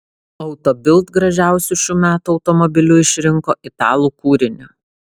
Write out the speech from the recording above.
auto bild gražiausiu šių metų automobiliu išrinko italų kūrinį